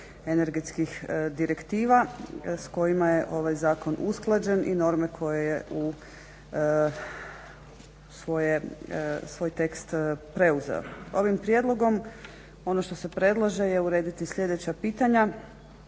energetskih direktiva s kojima je ovaj zakon usklađen i norme koje je u svoj tekst preuzeo. Ovim prijedlogom ono što se predlaže je urediti sljedeća pitanja: